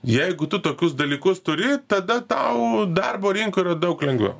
jeigu tu tokius dalykus turi tada tau darbo rinkoj yra daug lengviau